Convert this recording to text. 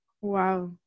Wow